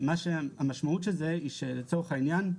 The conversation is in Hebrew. המשמעות של זה היא שלצורך העניין,